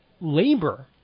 labor